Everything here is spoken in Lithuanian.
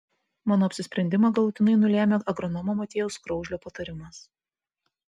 mano apsisprendimą galutinai nulėmė agronomo motiejaus kraužlio patarimas